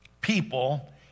people